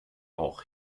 auch